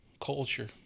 culture